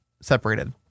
separated